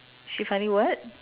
she finally what